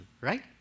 right